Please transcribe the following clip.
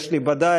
יש לי ודאי,